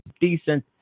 decent